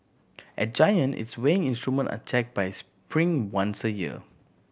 at Giant its weighing instrument are checked by Spring once a year